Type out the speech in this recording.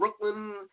Brooklyn